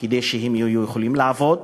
כדי שהם יוכלו לעבוד.